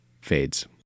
fades